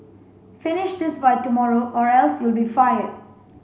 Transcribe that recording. finish this by tomorrow or else you'll be fired